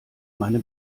meine